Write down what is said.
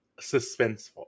suspenseful